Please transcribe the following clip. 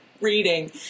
reading